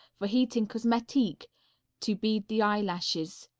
for heating cosmetique to bead the eyelashes.